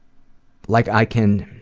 like i can